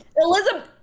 Elizabeth